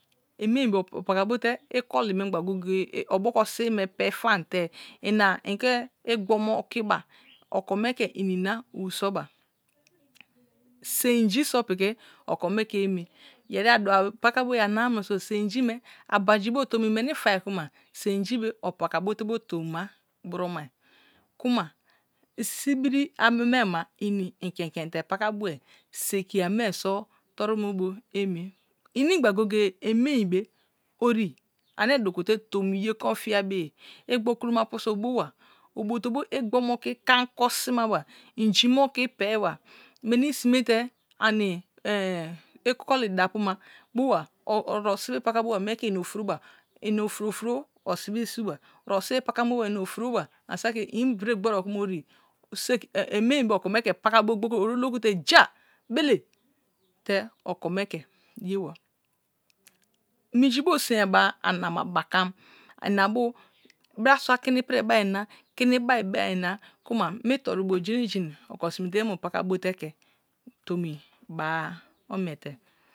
Emein be opaka bo te oboko sime pei fan te ina igbo me okaba oko me ke ina owu so ba seinji so piki oko me ke emi yeri a dua paka boye anam munoso̱ seinji me abaji bu tomi tai kuma seinji be opakabo te bo tomi ma buro mai kuma subini ama me ni inkien bien te paka bue, sebi ame so toru mebo emi ma goa goye gaye emeim be orn ave duten te town ye kron taja be ye igbu kuno ama apuso obowa ibote bo igbo me oke kam mosi mawa inji me oki penwa meni sime te ami ikoli ida apuma bowa oto sebi patham bowa mie ke ina ofuro ba ina ofuro turo osibi su wa oto sibi paka-abo ma ofruro ba ami saki mbre gborio kuma ori emein be oko me ke pakabo gbinkri oroloku te ja, bélé te oko me ke yewa. Minji bu since be anama bakam mabu brasua keni prie be ayina kini bai be ayina kuma mi toon bu jene jene oko smieye mu paka bo te ke tomi ba-a, omnete.